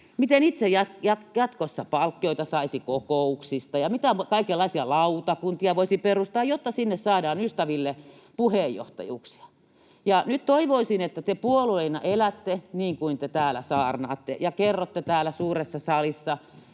itse saisi palkkioita kokouksista ja mitä kaikenlaisia lautakuntia voisi perustaa, jotta sinne saadaan ystäville puheenjohtajuuksia. Nyt toivoisin, että te puolueena elätte niin kuin te täällä saarnaatte ja kerrotte täällä suuressa salissa,